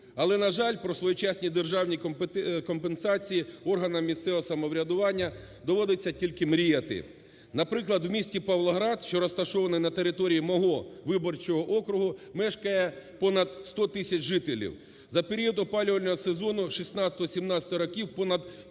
Але, на жаль, про своєчасні державні компенсації органам місцевого самоврядування доводиться тільки мріяти. Наприклад, в місті Павлоград, що розташований на території мого виборчого округу, мешкає понад 100 тисяч жителів. За період опалювального сезону 2016-2017 років понад 25